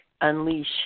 Unleash